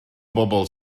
bobl